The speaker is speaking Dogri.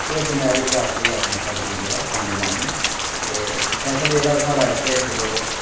उस नैह्र चा अस बी अपनी फसल ई जेह्ड़ा पानी लान्ने आं ते फसल जेह्ड़ा साढ़े